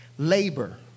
Labor